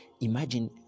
Imagine